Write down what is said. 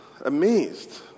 Amazed